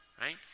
right